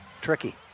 tricky